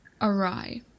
awry